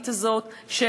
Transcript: הנוראית הזאת של